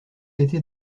été